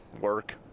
work